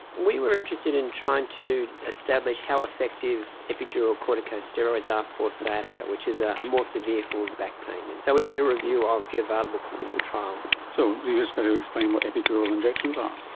we were interested in trying to establish how effective epidural corticosteroids are for sciatica, which is ah a more severe form of back pain. and so we did a review of the available clinical trials. so you'd just better explain what epidural injections are.